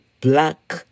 Black